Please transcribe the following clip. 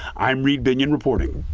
i'm reid binion reporting.